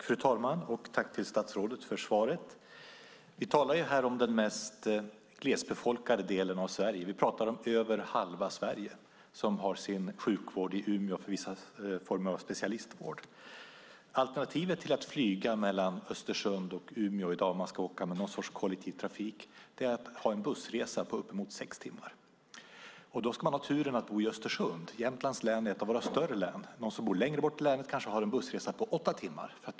Fru talman! Tack till statsrådet för svaret! Vi talar här om den mest glesbefolkade delen av Sverige. Vi pratar om över halva Sverige som har sin sjukvård i Umeå för vissa former av specialistvård. Alternativet till att flyga mellan Östersund och Umeå om man ska åka med någon sorts kollektiv trafik är en bussresa på upp mot sex timmar. Då ska man ha turen att bo i Östersund. Jämtlands län är ett av våra större län. De som bor längre bort i länet kanske har en bussresa på åtta timmar till Umeå.